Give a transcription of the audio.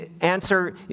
answer